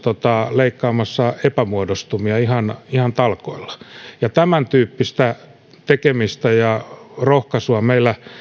leikkaamassa epämuodostumia ihan ihan talkoilla tämäntyyppistä tekemistä ja rohkaisua meillä